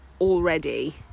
already